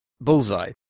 bullseye